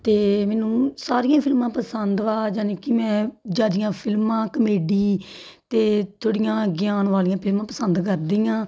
ਅਤੇ ਮੈਨੂੰ ਸਾਰੀਆਂ ਫਿਲਮਾਂ ਪਸੰਦ ਵਾ ਯਾਨੀ ਕਿ ਮੈਂ ਜਾਜੀਆਂ ਫਿਲਮਾਂ ਕਮੇਡੀ ਅਤੇ ਥੋੜ੍ਹੀਆਂ ਗਿਆਨ ਵਾਲੀਆਂ ਫ਼ਿਲਮਾ ਪਸੰਦ ਕਰਦੀ ਹਾਂ